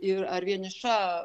ir ar vieniša